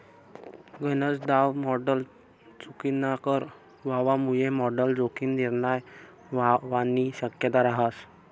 गनज दाव मॉडल चुकीनाकर व्हवामुये मॉडल जोखीम निर्माण व्हवानी शक्यता रहास